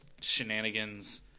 shenanigans